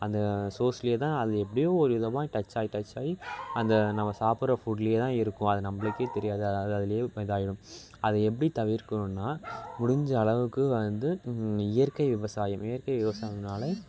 அந்த சோர்ஸ்லே தான் அது எப்படியும் ஒரு விதமாக டச் ஆயி டச் ஆயி அந்த நம்ம சாப்பிட்ற ஃபுட்லே தான் இருக்கும் அது நம்பளுக்கே தெரியாது அதுல இதாயிடும் அது எப்படி தவிர்க்கணுன்னா முடிஞ்ச அளவுக்கு வந்து இயற்கை விவசாயம் இயற்கை விவசாயம்னால